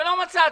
ולא מצאתי.